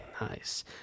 Nice